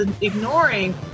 ignoring